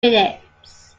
minutes